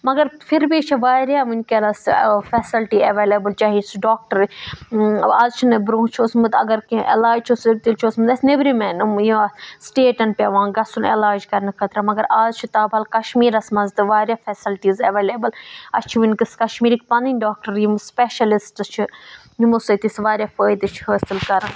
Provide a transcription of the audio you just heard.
مگر پھر بییہِ چھِ واریاہ ونکیٚنَس فیسَلٹی اولیبٕل چاہے سُہ ڈاکٹَر آز چھُ نہٕ برونٛہہ چھُ اوسمُت اگر کینٛہہ علاج چھُ ستۍ تیٚلہِ چھُ اوسمُت اَسہِ نیٚبرِمین یہِ سٹیٹَن پیٚوان گژھُن علاج کَرنہٕ خٲطرٕ مگر اَز چھُ تابہال کَشمیٖرَس منٛز تہِ واریاہ فیسَلٹیٖز اولیبٕل اَسہِ چھِ وٕنۍ کیس کَشمیٖرکۍ پَنٕنۍ ڈاکٹَر یِم سپیشَلِسٹ چھِ یِمو سۭتۍ أسۍ واریاہ فٲیدٕ چھِ حٲصِل کَرَان